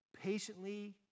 patiently